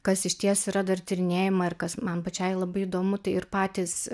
kas išties yra dar tyrinėjama ir kas man pačiai labai įdomu tai ir patys